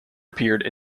appeared